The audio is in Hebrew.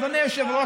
אדוני היושב-ראש,